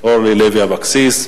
אורלי לוי אבקסיס.